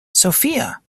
sophia